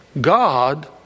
God